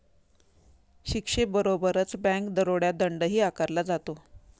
शिक्षेबरोबरच बँक दरोड्यात दंडही आकारला जातो